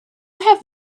have